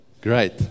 Great